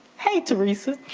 hey teresa.